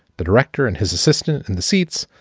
the director and his assistant in the seats,